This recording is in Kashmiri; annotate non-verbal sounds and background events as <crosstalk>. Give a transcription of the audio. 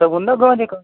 تۄہہِ ووٚنوُ نا گانٛدھی <unintelligible>